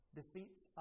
defeats